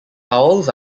towels